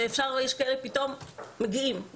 יש כאלה שמתייצבים.